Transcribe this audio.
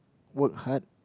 work hard